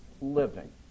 living